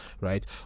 right